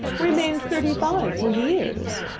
remained thirty five for years.